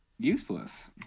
Useless